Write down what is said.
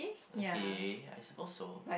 okay I suppose so